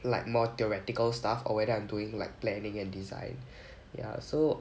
like more theoretical stuff or whether I'm doing like planning and design ya so